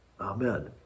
Amen